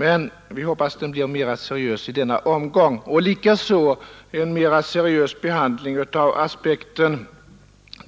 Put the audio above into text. Men vi hoppas nu att utredningen blir mera seriös i denna omgång och likaså att det blir en mera seriös behandling av aspekten